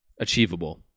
achievable